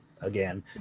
again